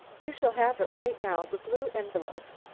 you shall have it right now the blue envelope.